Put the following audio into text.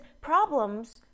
problems